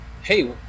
Hey